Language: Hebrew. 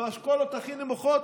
באשכולות הכי נמוכים,